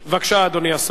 בבקשה, אדוני השר.